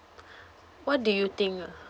what do you think